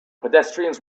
pedestrians